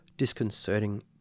disconcerting